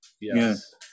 Yes